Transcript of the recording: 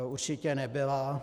Určitě nebyla.